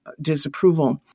disapproval